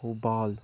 Thoubal